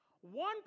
One